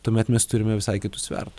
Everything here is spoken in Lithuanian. tuomet mes turime visai kitų svertų